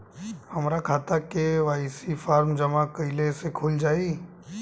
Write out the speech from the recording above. हमार खाता KYC form जमा कइले से खुल जाई?